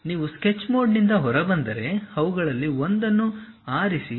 ನೀವು ಸ್ಕೆಚ್ ಮೋಡ್ನಿಂದ ಹೊರಬಂದರೆ ಅವುಗಳಲ್ಲಿ ಒಂದನ್ನು ಆರಿಸಿ